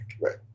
Right